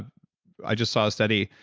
ah i just saw a study,